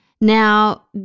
Now